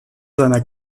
seiner